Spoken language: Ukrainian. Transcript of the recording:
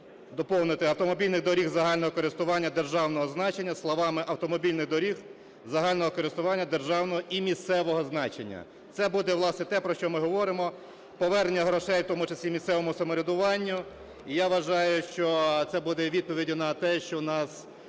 доповнити "автомобільних доріг загального користування державного значення" словами "автомобільних доріг загального користування державного і місцевого значення". Це буде, власне, те, про що ми говоримо, повернення грошей, в тому числі місцевому самоврядуванню. І я вважаю, що це буде відповіддю на те, що в нас